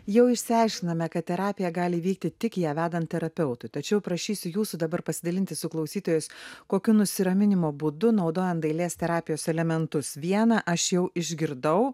jau išsiaiškinome kad terapija gali vykti tik ją vedant terapeutui tačiau prašysiu jūsų dabar pasidalinti su klausytojais kokiu nusiraminimo būdu naudojant dailės terapijos elementus vieną aš jau išgirdau